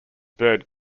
bird